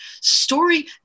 Story